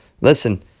listen